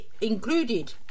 included